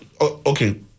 okay